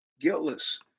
Guiltless